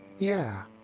yeah.